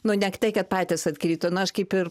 nu ne tai kad patys atkrito nu aš kaip ir